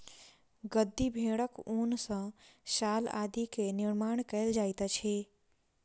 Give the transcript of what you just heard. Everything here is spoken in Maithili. गद्दी भेड़क ऊन सॅ शाल आदि के निर्माण कयल जाइत अछि